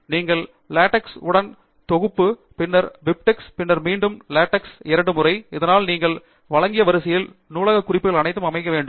எனவே நீங்கள் லாடெக்ஸ் உடன் தொகுத்து பின்னர் பிபிடெக்ஸ் பின்னர் மீண்டும் லாடெக்ஸ் இரண்டு முறை அதனால் நீங்கள் வழங்கிய வரிசையில் நூலக குறிப்புகள் அனைத்து அமைக்க வேண்டும்